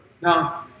Now